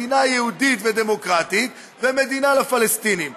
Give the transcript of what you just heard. מדינה יהודית ודמוקרטית ומדינה לפלסטינים?